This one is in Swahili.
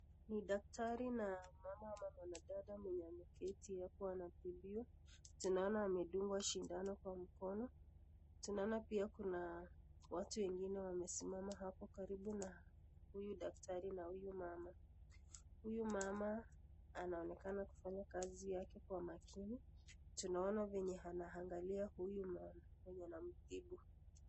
Ni daktari na mama ama mwanadada mwenye ameketi hapo anatibiwa, tunaona amedungwa sindano kwa mkono, tunaona pia kuna watu wengine wamesimama hapo karibu na huyu daktari na huyu mama. Huyu mama anaonekana kufanya kazi yake kwa makini, tunaona venye anaangalia huyu mama mwenye anamtibu.